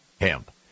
Hemp